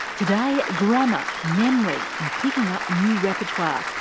today grammar, memory and picking up new repertoire,